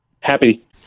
Happy